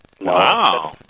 Wow